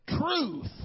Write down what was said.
Truth